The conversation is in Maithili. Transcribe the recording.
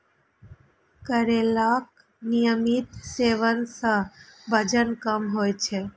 करैलाक नियमित सेवन सं वजन कम होइ छै